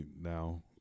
now